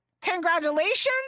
congratulations